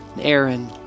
Aaron